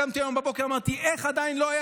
קמתי היום בבוקר ואמרתי: איך עדיין לא היה